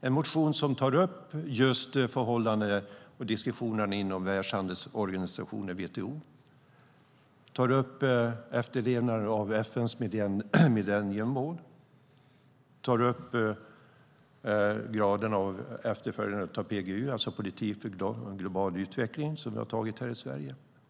I motionen tar vi upp just förhållandena och diskussionerna inom Världshandelsorganisationen, WTO, efterlevnaden av FN:s millenniemål och graden av efterföljande av PGU, politik för global utveckling, som vi har tagit här i Sverige.